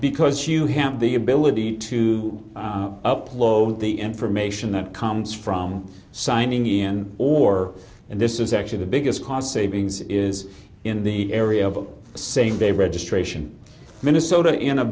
because you have the ability to upload the information that comes from signing in or and this is actually the biggest cost savings is in the area of same day registration minnesota in a